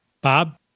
Bob